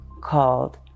called